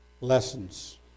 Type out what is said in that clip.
lessons